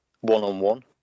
one-on-one